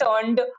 turned